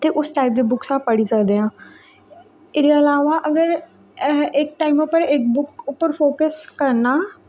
ते उस टाइप दी बुक्स अस पढ़ी सकदे आं एह्दे अलावा अगर अस इक टाइम उप्पर इक बुक पर फोकस करना